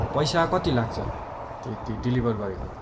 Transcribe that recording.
पैसा कति लाग्छ त्यो त्यो डेलिभर गरेको